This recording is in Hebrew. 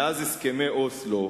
מאז הסכמי אוסלו,